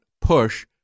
push